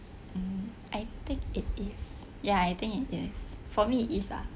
hmm I think it is ya I think it is for me it is ah